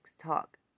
talk